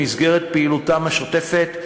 במסגרת פעילותם השוטפת,